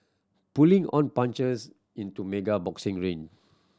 pulling on punches in to mega boxing ring